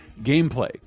gameplay